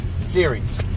series